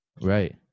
Right